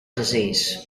disease